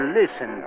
listen